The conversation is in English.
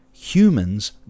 humans